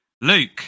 Luke